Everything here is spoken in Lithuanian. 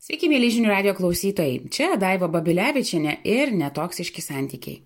sveiki mieli žinių radijo klausytojai čia daiva babilevičienė ir netoksiški santykiai